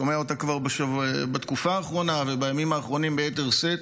שומע אותה כבר בתקופה האחרונה ובימים האחרונים ביתר שאת,